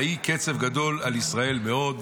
ויהיה קצף גדול על ישראל מאוד".